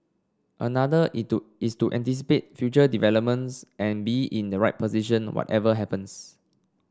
another is to is to anticipate future developments and be in the right position whatever happens